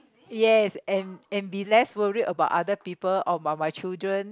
yes and and be less worried about other people or my my children